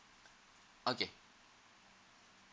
okay